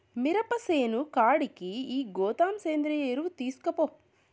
మిరప సేను కాడికి ఈ గోతం సేంద్రియ ఎరువు తీస్కపో